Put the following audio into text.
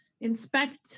inspect